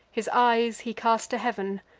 his eyes he cast to heav'n,